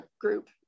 group